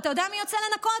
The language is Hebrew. ואתה יודע מי יוצא לנקות?